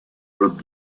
rob